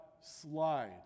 slide